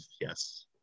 yes